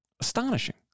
astonishing